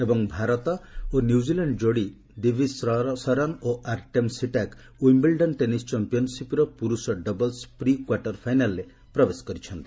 ଏବଂ ଭାରତ ଏବଂ ନ୍ୟୁଜିଲାଣ୍ଡ ଯୋଡି ଦିଭିଜ୍ ଶରନ୍ ଓ ଆରଟେମ୍ ସିଟାକ୍ ୱିଧିଲଡନ ଟେନିସ ଚାମ୍ପିୟନସିପର ପୁରୁଷ ଡବ୍କଲସ ପ୍ରି କ୍ୱାର୍ଟର ଫାଇନାଲରେ ପ୍ରବେଶ କରିଛନ୍ତି